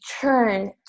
turn